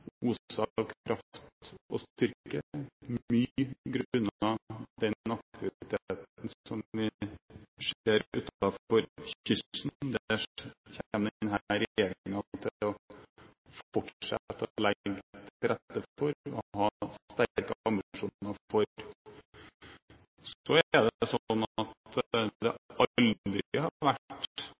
og styrke, mye grunnet den aktiviteten som vi ser utenfor kysten. Det kommer denne regjeringen til å fortsette å legge til rette for og ha sterke ambisjoner om. Så er det sånn at det aldri har vært